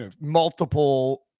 multiple